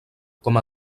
com